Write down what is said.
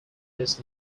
this